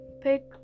Pick